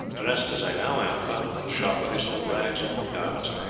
dressed as i now am, and found a little shop where they sold rags and old garments,